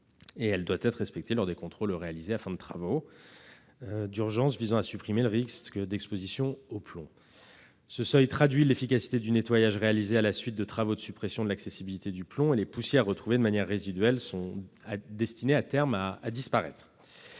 ; elle doit être respectée lors des contrôles réalisés en fin de travaux d'urgence visant à supprimer le risque d'exposition au plomb. Ce seuil traduit l'efficacité du nettoyage réalisé à la suite de travaux de suppression de l'accessibilité du plomb et les poussières retrouvées de manière résiduelle sont destinées, à terme, à disparaître.